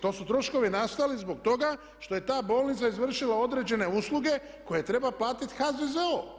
To su troškovi nastali zbog toga što je ta bolnica izvršila određene usluge koje treba platit HZZO.